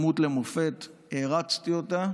דמות מופת שהערצתי אותה.